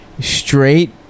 straight